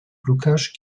blocage